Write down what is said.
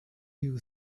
you